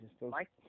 Mike